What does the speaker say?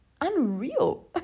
unreal